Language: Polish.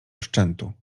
szczętu